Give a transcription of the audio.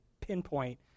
pinpoint